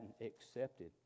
accepted